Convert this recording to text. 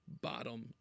bottom